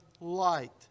light